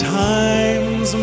times